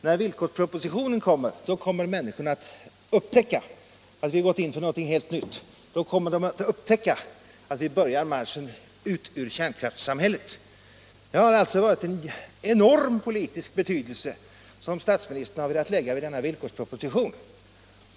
När villkorspropositionen kommer skall människorna upptäcka att vi gått in för någonting helt nytt. Då kommer de att upptäcka att vi börjar marschen ut ur kärnkraftssamhället. Det har alltså varit en enorm politisk betydelse som statsministern har velat tillmäta denna villkorsproposition.